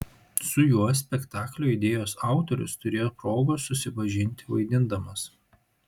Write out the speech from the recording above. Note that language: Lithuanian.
su juo spektaklio idėjos autorius turėjo progos susipažinti vaidindamas